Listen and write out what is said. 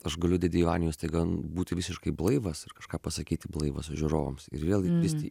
aš galiu dėdėj vanioj staiga būti visiškai blaivas ir kažką pasakyti blaivas žiūrovams ir vėl lįsti